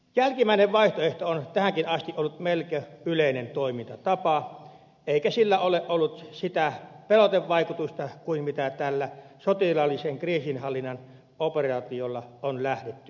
jälkimmäinen vaihtoehto on tähänkin asti ollut melko yleinen toimintatapa eikä sillä ole ollut sitä pelotevaikutusta mitä tällä sotilaallisen kriisinhallinnan operaatiolla on lähdetty hakemaan